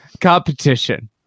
competition